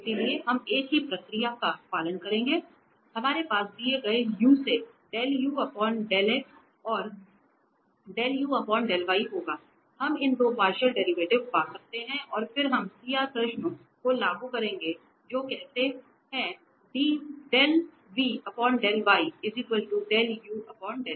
इसलिए हम एक ही प्रक्रिया का पालन करेंगे हमारे पास दिए गए u से और होगा हम इन दो पार्शियल डेरिवेटिव पा सकते हैं और फिर हम CR प्रश्नों को लागू करेंगे जो कहते हैं